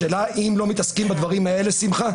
השאלה אם לא מתעסקים בדברים האלה, שמחה.